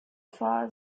vor